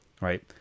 right